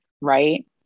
right